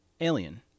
alien